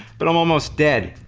but i'm almost dead.